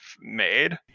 made